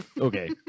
Okay